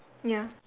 ya